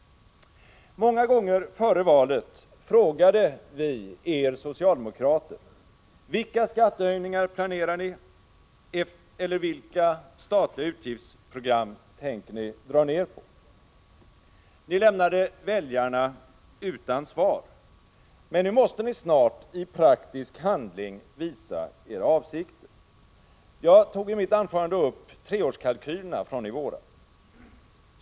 Många gånger före valet frågade vi er socialdemokrater: Vilka skattehöjningar planerar ni eller vilka statliga utgiftsprogram tänker ni dra ned på? Ni lämnade väljarna utan svar. Men nu måste ni snart i praktisk handling visa era avsikter. Jag tog i mitt anförande upp treårskalkylerna från i våras.